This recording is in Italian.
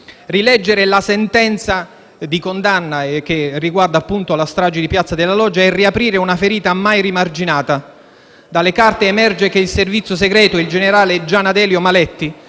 Rileggere la sentenza di condanna sulla strage di piazza della Loggia è riaprire una ferita mai rimarginata. Dalle carte emerge che i servizi segreti e il generale Gianadelio Maletti